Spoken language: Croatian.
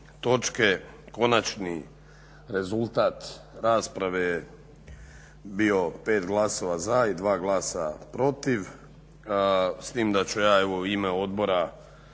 točke. Konačni rezultat rasprave je bio 5 glasova za i 2 glasa protiv, s tim da ću ja u ime odbora